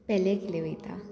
पेले केले वयता